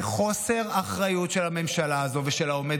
זה חוסר אחריות של הממשלה הזו ושל העומד